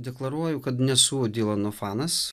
deklaruoju kad nesu dylano fanas